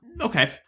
Okay